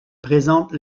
présente